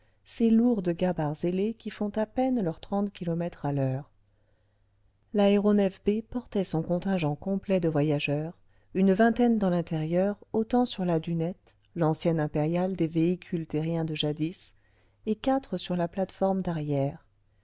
ces lourdes gabares ailées qui font à peine leurs trente kilomètres à l'heure l'aéronef b portait son contingent complet de voyageurs une vingtaine dans l'intérieur autant sur la dunette l'ancienne impériale des véhicules terriens de jadis et quatre sur la plate-forme d'arrière